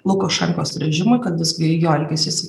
lukašenkos režimui kad jis ir jo elgesys